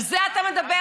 על זה אתה מדבר?